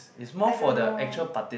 I don't know